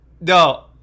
No